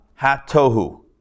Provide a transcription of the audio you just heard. HaTohu